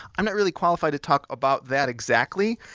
i'm not really qualified to talk about that exactly,